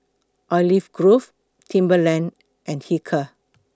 Olive Grove Timberland and Hilker